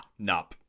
nup